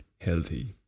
healthy